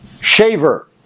Shaver